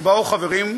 ובאו חברים,